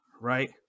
right